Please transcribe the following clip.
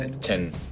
Ten